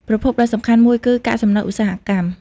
ប្រភពដ៏សំខាន់មួយគឺ កាកសំណល់ឧស្សាហកម្ម។